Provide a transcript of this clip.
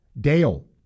Dale